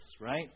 right